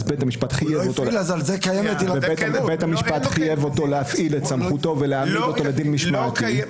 אז בית המשפט חייב אותו להפעיל את סמכותו ולהעמיד אותו לדין משמעתי.